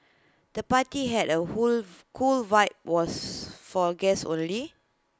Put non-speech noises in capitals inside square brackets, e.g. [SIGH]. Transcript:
the party had A [UNINTELLIGIBLE] cool vibe was for guests only